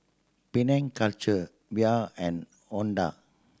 Penang Culture Viu and Honda